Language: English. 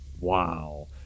Wow